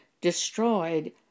destroyed